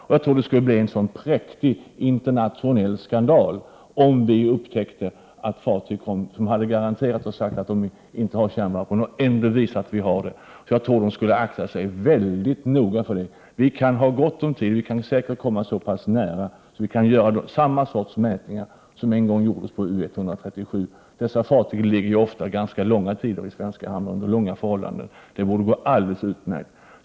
Jag tror att det skulle bli en sådan präktig internationell skandal om vi upptäckte att fartyg där man hade sagt att kärnvapen inte finns ombord och garanterat detta, ändå visade sig ha det. Jag tror de skulle akta sig mycket noga för det. Vi kan ha gott om tid. Vi kan säkert komma så nära att vi kan göra samma mätningar som en gång gjordes på U137. Dessa fartyg ligger ju ofta ganska lång tid i svenska hamnar under lugna förhållanden. Det borde gå alldeles utmärkt.